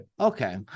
Okay